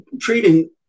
treating